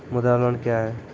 मुद्रा लोन क्या हैं?